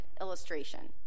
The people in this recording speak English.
illustration